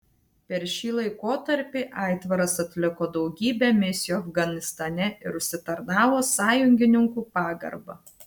per šį laikotarpį aitvaras atliko daugybę misijų afganistane ir užsitarnavo sąjungininkų pagarbą